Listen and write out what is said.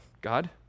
God